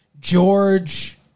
George